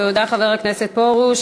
תודה, חבר הכנסת פרוש.